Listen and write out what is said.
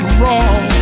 wrong